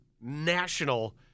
National